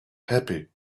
happy